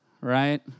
Right